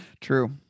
True